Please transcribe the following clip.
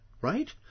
right